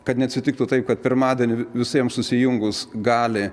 kad neatsitiktų taip kad pirmadienį vi visiems susijungus gali